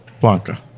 Blanca